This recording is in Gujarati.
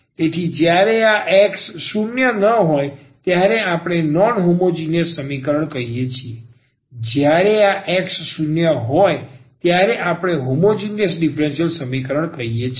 તેથી જ્યારે આ X 0 ન હોય ત્યારે આપણે નોન હોમોજીનીયસ સમીકરણ કહીએ છીએ જ્યારે આ X 0 હોય ત્યારે આપણે હોમોજીનીયસ ડીફરન્સીયલ સમીકરણ કહીએ છીએ